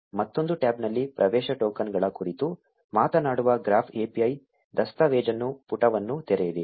ಮತ್ತೊಂದು ಟ್ಯಾಬ್ನಲ್ಲಿ ಪ್ರವೇಶ ಟೋಕನ್ಗಳ ಕುರಿತು ಮಾತನಾಡುವ ಗ್ರಾಫ್ API ದಸ್ತಾವೇಜನ್ನು ಪುಟವನ್ನು ತೆರೆಯಿರಿ